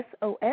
SOS